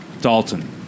Dalton